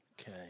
Okay